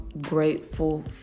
grateful